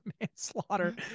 manslaughter